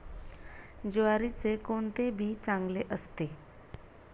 ज्वारीचे कोणते बी चांगले असते?